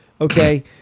Okay